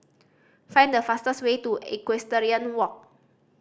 find the fastest way to Equestrian Walk